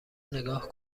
نگاه